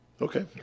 Okay